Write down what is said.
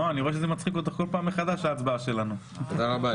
תודה לכם.